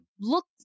look